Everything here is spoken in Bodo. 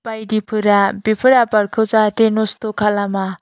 बायदिफोरा बेफोर आबादखौ जाहाथे नस्थ' खालामा